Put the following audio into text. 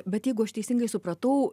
bet jeigu aš teisingai supratau